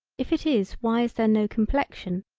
if it is why is there no complexion,